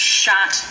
shot